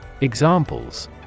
Examples